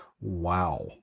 Wow